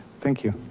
thank you.